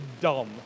dumb